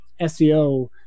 SEO